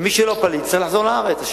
מי שלא פליט צריך לחזור לארץ שלו.